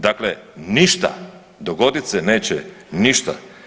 Dakle, ništa dogodit se neće ništa.